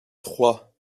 trois